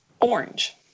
Orange